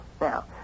Now